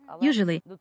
Usually